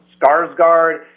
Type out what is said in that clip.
Skarsgård